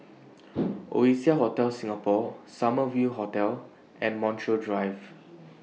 Oasia Hotel Singapore Summer View Hotel and Montreal Drive